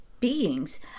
Beings